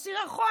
זה סירחון.